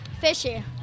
fishy